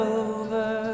over